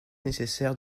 nécessaire